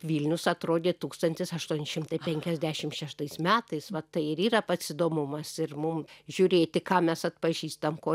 vilnius atrodė tūkstantis aštuoni šimtai penkiadešim šeštais metais va tai ir yra pats įdomumas ir mum žiūrėti ką mes atpažįstam ko